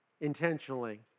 intentionally